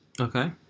Okay